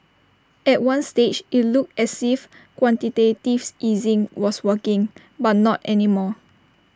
at one stage IT looked as if quantitative easing was working but not any more